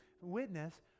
witness